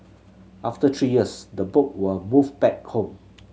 after three years the book were moved back home